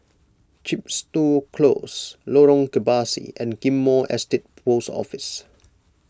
Chepstow Close Lorong Kebasi and Ghim Moh Estate Post Office